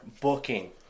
booking